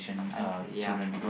I see ya